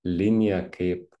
liniją kaip